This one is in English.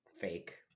fake